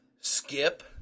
Skip